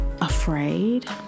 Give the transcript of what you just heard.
afraid